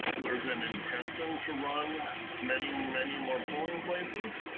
there's an intention to run many, many more polling places.